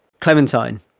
Clementine